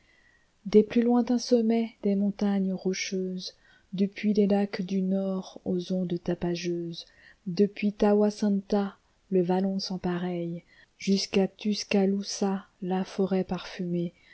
des plus lointains sommets des montagnes rocheuses depuis les lacs du lyord aux ondes tapageuses depuis tawasentlia le vallon sans pareil jusqu'à tuscaloosa la forêt parfumée